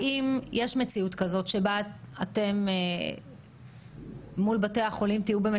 האם יש מציאות כזאת שבה אתם תהיו במצוקה מול בתי החולים?